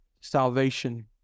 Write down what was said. Salvation